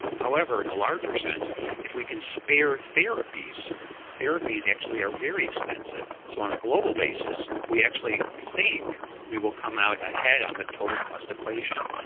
however, in a larger sense if we can spare therapies therapies actually are very expensive, so on a global basis we actually think we will come out ahead on the total cost equation.